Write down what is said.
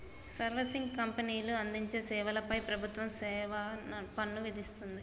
servicing కంపెనీలు అందించే సేవల పై ప్రభుత్వం సేవాపన్ను విధిస్తుంది